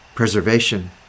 preservation